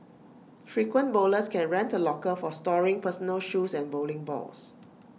frequent bowlers can rent A locker for storing personal shoes and bowling balls